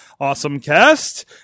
awesomecast